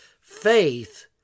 faith